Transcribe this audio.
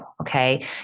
okay